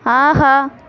ஆஹா